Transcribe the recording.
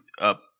up